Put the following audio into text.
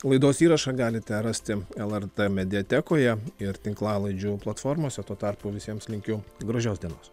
laidos įrašą galite rasti lrt mediatekoje ir tinklalaidžių platformose tuo tarpu visiems linkiu gražios dienos